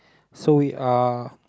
so we are